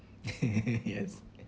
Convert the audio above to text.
yes